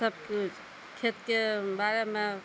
सबकिछु खेतके बारेमे